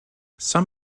some